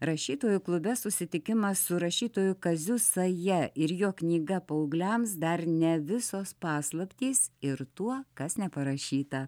rašytojų klube susitikimas su rašytoju kaziu saja ir jo knyga paaugliams dar ne visos paslaptys ir tuo kas neparašyta